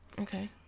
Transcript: Okay